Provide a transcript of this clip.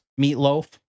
Meatloaf